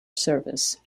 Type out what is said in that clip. service